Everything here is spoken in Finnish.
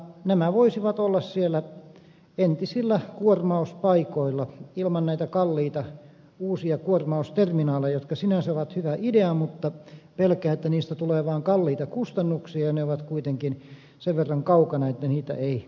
nämä voisivat olla siellä entisillä kuormauspaikoilla ilman näitä kalliita uusia kuormausterminaaleja jotka sinänsä ovat hyvä idea mutta pelkään että niistä tulee vaan kalliita kustannuksia ja ne ovat kuitenkin sen verran kaukana että niitä ei riittävästi käytettäisi